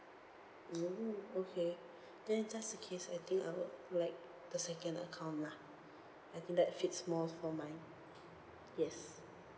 mm okay then if that's the case I think I would like the second account lah I think that fits more for mine yes